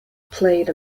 played